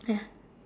ya